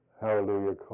Hallelujah